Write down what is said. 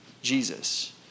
Jesus